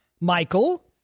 Michael